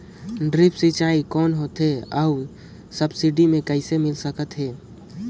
Drip सिंचाई कौन होथे अउ सब्सिडी मे कइसे मिल सकत हे?